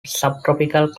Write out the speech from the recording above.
subtropical